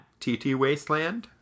ttwasteland